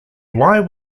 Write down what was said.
lie